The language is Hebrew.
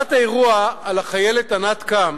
חקירת האירוע על החיילת ענת קם,